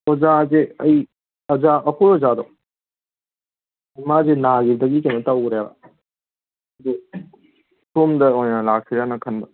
ꯑꯣꯖꯥꯁꯦ ꯑꯩ ꯑꯣꯖꯥ ꯑꯩꯈꯣꯏ ꯑꯣꯖꯥꯗꯣ ꯃꯥꯁꯤ ꯅꯥꯈꯤꯕꯗꯩ ꯀꯩꯅꯣ ꯇꯧꯈ꯭ꯔꯦꯕ ꯑꯗꯨ ꯁꯣꯝꯗ ꯑꯣꯏꯅ ꯂꯥꯛꯁꯤꯔꯅ ꯈꯟꯕ